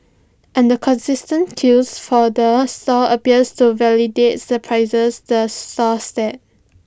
and the consistent queues for the stall appears to validates the prices the stall sets